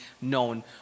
known